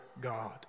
God